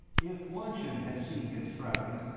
if luncheon had seemed extravagant,